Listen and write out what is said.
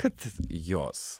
kad jos